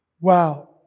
Wow